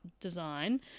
design